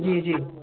जी जी